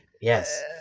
Yes